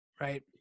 right